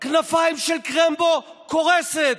כנפיים של קרמבו קורסת,